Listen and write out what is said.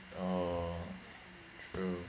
orh mm